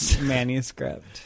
manuscript